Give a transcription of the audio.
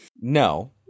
No